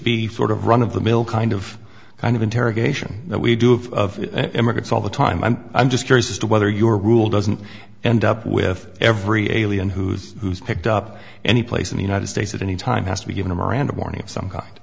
thought of run of the mill kind of kind of interrogation that we do of immigrants all the time i'm i'm just curious as to whether your rule doesn't end up with every alien who's who's picked up any place in the united states at any time has to be given a miranda warning of some god